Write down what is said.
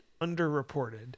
underreported